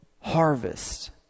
harvest